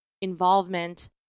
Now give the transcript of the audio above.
involvement